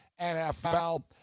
NFL